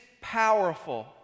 powerful